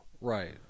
Right